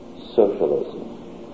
socialism